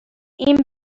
این